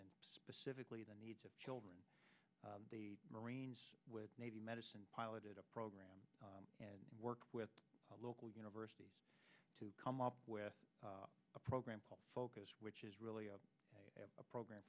and specifically the needs of children the marines with navy medicine piloted a program and work with local universities to come up with a program called focus which is really a program